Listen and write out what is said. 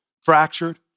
fractured